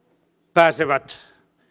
pääsevät